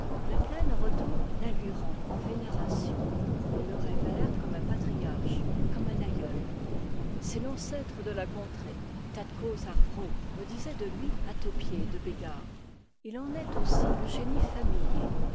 la plaine en retour la lui rend en vénération elle le révère comme un patriarche comme un aïeul c'est l'ancêtre de la contrée tad coz ar vrô me disait de lui un taupier de bégard il en est aussi le génie familier